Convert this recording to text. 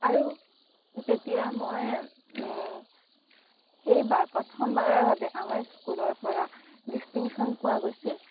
আৰু তেতিয়া মই সেইবাৰ প্ৰথমবাৰৰ বাবে আমাৰ স্কুলৰ পৰা ডিষ্টিংশ্যন পোৱা গৈছিল